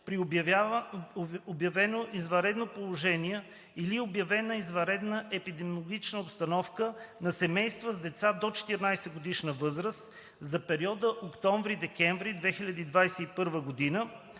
при обявено извънредно положение или обявена извънредна епидемична обстановка на семейства с деца до 14-годишна възраст за периода октомври-декември 2021 г., на